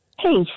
Hey